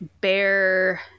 bear